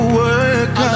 work